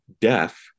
deaf